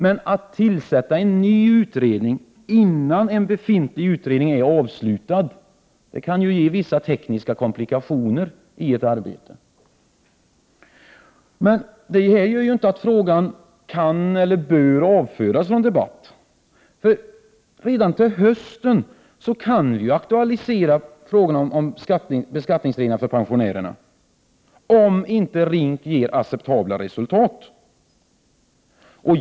Men att tillsätta en ny utredning innan en pågående utredning är avslutad kan ge vissa tekniska komplikationer i ett arbete. Detta gör inte att frågan kan eller bör avföras från debatt. Redan till hösten kan frågan om beskattningsreglerna för pensionärer aktualiseras, om inte RINK ger acceptabla resultat.